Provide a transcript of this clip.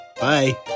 Bye